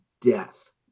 death